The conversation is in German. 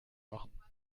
machen